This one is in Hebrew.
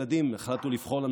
החלטנו לבחור לנו,